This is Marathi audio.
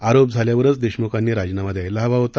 आरोप झाल्यावरच देशम्खांनी राजीनामा द्यायला हवा होता